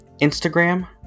Instagram